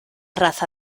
raza